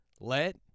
Let